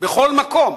בכל מקום,